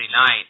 night